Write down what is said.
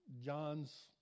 John's